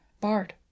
Bard